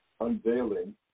unveiling